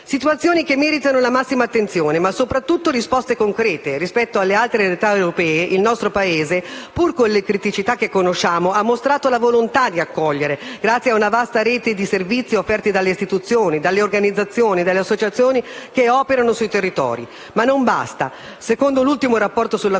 situazioni meritano la massima attenzione, ma soprattutto risposte concrete. Rispetto ad altre realtà europee, il nostro Paese, pur con le criticità che conosciamo, ha mostrato la volontà di accogliere, grazie alla vasta rete di servizi offerti dalle istituzioni, dalle organizzazioni e dalle associazioni che operano sui territori. Ma non basta. Secondo l'ultimo «Rapporto sull'accoglienza